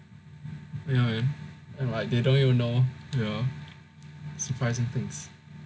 ya and like they don't even know ya surprising things